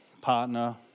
partner